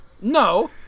no